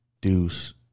Deuce